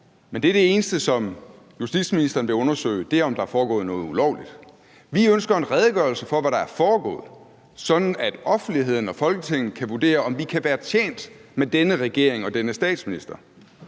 men det er det eneste, som justitsministeren vil undersøge, altså om der er foregået noget ulovligt. Vi ønsker en redegørelse for, hvad der er foregået, sådan at offentligheden og Folketinget kan vurdere, om vi kan være tjent med denne regering og denne statsminister.